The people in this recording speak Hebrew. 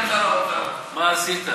אדוני סגן שר האוצר, הכוהן הקטן.